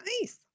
Nice